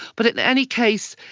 but in any case,